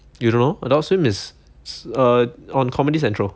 you don't know Adult Swim is err on Comedy Central